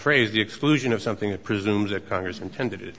phrase the exclusion of something i presume that congress intended it